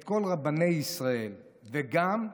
את כל רבני ישראל, וגם,